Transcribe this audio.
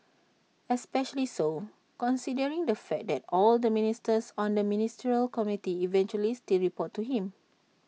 especially so considering the fact that all the ministers on the ministerial committee eventually still report to him